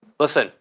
listen,